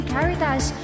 Caritas